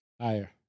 Higher